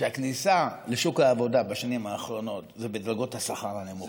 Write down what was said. שהכניסה לשוק העבודה בשנים האחרונות זה בדרגות השכר הנמוכות.